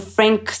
Frank